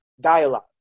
dialogue